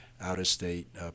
out-of-state